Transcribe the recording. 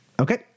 Okay